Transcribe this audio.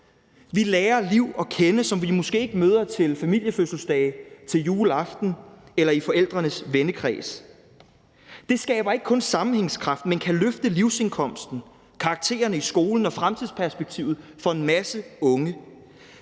Vi lærer liv at kende, som vi måske ikke møder til familiefødselsdage, juleaften eller i forældrenes vennekreds. Det skaber ikke kun sammenhængskraft, men kan løfte livsindkomsten, karaktererne i skolen og fremtidsperspektivet for en masse unge.